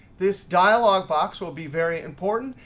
this dialog box will be very important.